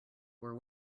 were